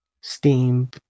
Steam